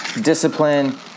discipline